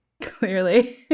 Clearly